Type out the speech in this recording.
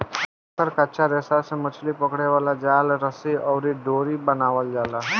एकर कच्चा रेशा से मछली पकड़े वाला जाल, रस्सी अउरी डोरी बनावल जाला